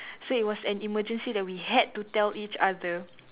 so it was an emergency that we had to tell each other